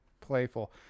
playful